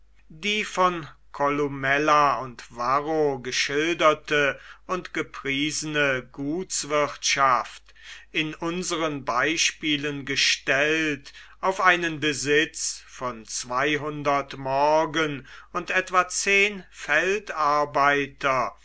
die von columella und varro geschilderte und gepriesene gutswirtschaft in unseren beispielen gestellt auf einen besitz von morgen und etwa zehn